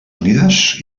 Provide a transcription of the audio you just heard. unides